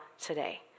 today